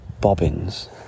bobbins